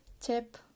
tip